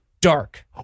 dark